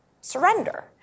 surrender